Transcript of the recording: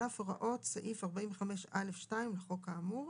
על אף הוראות סעיף 45(א)(2) לחוק האמור".